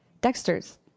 Dexter's